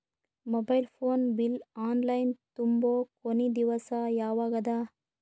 Mobile phone bill online ತುಂಬೊ ಕೊನಿ ದಿವಸ ಯಾವಗದ?